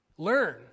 learn